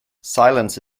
silence